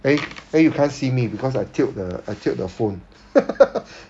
eh eh you can't see me because I tilt the I tilt the phone